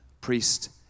priest